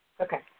Okay